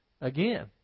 again